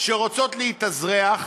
שרוצות להתאזרח,